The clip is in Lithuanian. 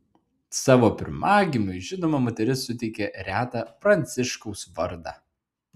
savo pirmagimiui žinoma moteris suteikė retą pranciškaus vardą